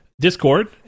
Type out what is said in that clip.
Discord